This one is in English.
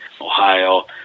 Ohio